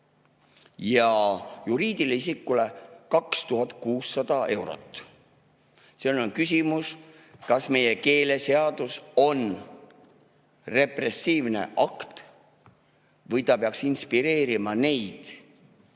määratakse trahv 2600 eurot. Tekib küsimus, kas meie keeleseadus on repressiivne akt või ta peaks inspireerima neid,